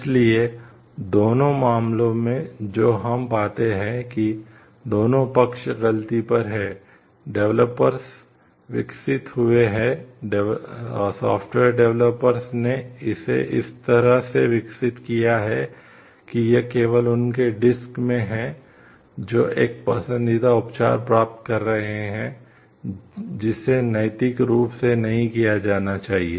इसलिए दोनों मामलों में जो हम पाते हैं कि दोनों पक्ष गलती पर हैं डेवलपर्स में है जो एक पसंदीदा उपचार प्राप्त कर रहे हैं जिसे नैतिक रूप से नहीं किया जाना चाहिए